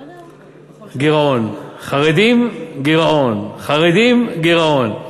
גירעון, חרדים, גירעון, חרדים, גירעון.